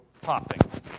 popping